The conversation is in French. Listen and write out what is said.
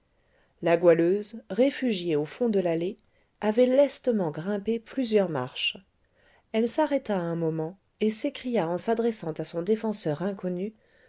la goualeuse réfugiée au fond de l'allée avait lestement grimpé plusieurs marches elle s'arrêta un moment et s'écria en s'adressant à son défenseur inconnu